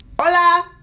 Hola